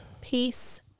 Peace